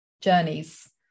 journeys